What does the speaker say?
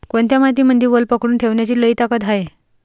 कोनत्या मातीमंदी वल पकडून ठेवण्याची लई ताकद हाये?